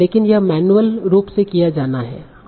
लेकिन यह मैन्युअल रूप से किया जाना है